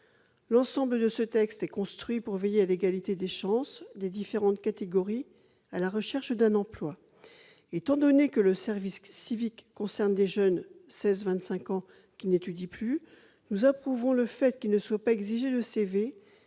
L'ensemble de ce texte est construit pour veiller à l'égalité des chances des différentes catégories à la recherche d'un emploi. Étant donné que le service civique concerne des jeunes de 16 à 25 ans qui n'étudient plus, nous approuvons le fait que ne soit pas exigé le